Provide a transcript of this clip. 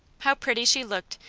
how pretty she looked,